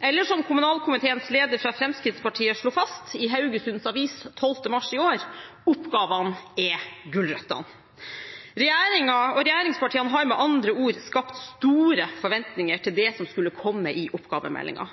Eller som kommunalkomiteens leder, fra Fremskrittspartiet, slo fast i Haugesunds Avis 12. mars i år: «Oppgavene er gulrøttene». Regjeringen og regjeringspartiene har med andre ord skapt store forventninger til det som skulle komme i oppgavemeldingen.